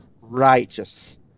righteous